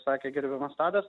sakė gerbiamas tadas